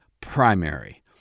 primary